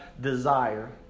desire